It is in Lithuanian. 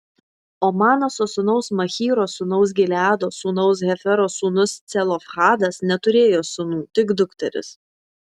o manaso sūnaus machyro sūnaus gileado sūnaus hefero sūnus celofhadas neturėjo sūnų tik dukteris